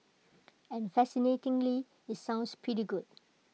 and fascinatingly IT sounds pretty good